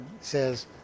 says